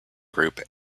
group